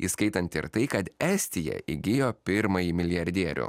įskaitant ir tai kad estija įgijo pirmąjį milijardierių